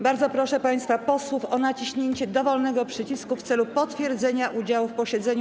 Bardzo proszę państwa posłów o naciśnięcie dowolnego przycisku w celu potwierdzenia udziału w posiedzeniu.